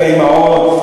ומה עם האימהות?